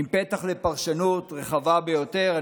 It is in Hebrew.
עם פתח לפרשנות רחבה ביותר.